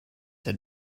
had